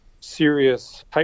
serious